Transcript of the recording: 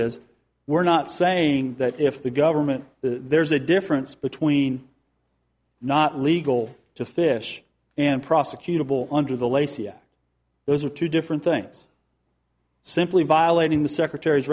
is we're not saying that if the government there's a difference between not legal to fish and prosecutable under the lacie act those are two different things simply violating the secretar